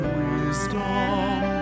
wisdom